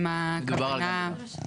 מאידך גיסא,